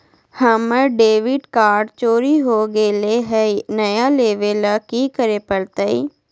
हमर debit card चोरी हो गेले हई, नया लेवे ल की करे पड़तई?